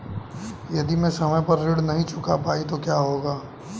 यदि मैं समय पर ऋण नहीं चुका पाई तो क्या होगा?